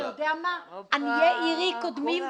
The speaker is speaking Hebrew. ואתה יודע מה, עניי עירי קודמים.